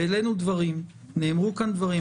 העלינו דברים, נאמרו דברים.